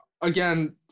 again